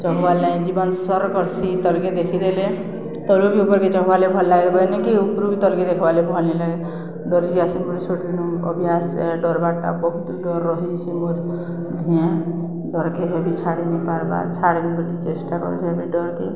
ଚଘ୍ବାର୍ ଲାଗି ଜୀବନ୍ ସର୍ କର୍ସି ତଲ୍କେ ଦେଖିଦେଲେ ତଲୁ ବି ଉପର୍କେ ଚଗ୍ଲେ ଭଲ୍ ଲାଗେ ନି କି ଉପ୍ରୁ ବି ତଲ୍କେ ଦେଖ୍ବାର୍ ଲାଗି ଭଲ୍ ନି ଲାଗେ ଡରିଯାଏସି ମୋର୍ ଛୋଟ୍ ଦିନୁ ଅଭ୍ୟାସ୍ ଡ଼ର୍ବାର୍ଟା ବହୁତ୍ ଡର୍ ରହିଯାଇଛେ ମୋର୍ ଦିହେଁ ଡର୍ କେଭେବି ଛାଡ଼ିିନି ପାର୍ବାର୍ ଛାଡ଼୍ବି ବଲି ଚେଷ୍ଟା କରୁଚେଁ ଏବେ ଡର୍କେ